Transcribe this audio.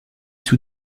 sous